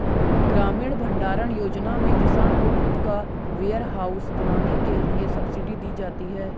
ग्रामीण भण्डारण योजना में किसान को खुद का वेयरहाउस बनाने के लिए सब्सिडी दी जाती है